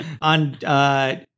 On